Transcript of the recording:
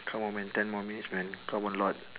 come on man ten more minutes man come on lord